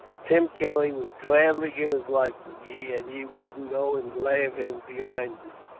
tim kelly would gladly give his life for ye, and ye wouldn't go and lave him behind ye,